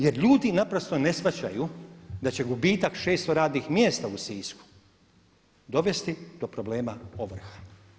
Jer ljudi naprosto ne shvaćaju da će gubitak 600 radnih mjesta u Sisku dovesti do problema ovrha.